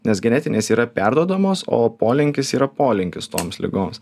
nes genetinės yra perduodamos o polinkis yra polinkis toms ligoms